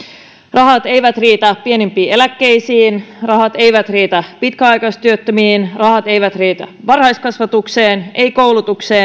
rahat eivät riitä pienimpiin eläkkeisiin rahat eivät riitä pitkäaikaistyöttömiin rahat eivät riitä varhaiskasvatukseen eivät koulutukseen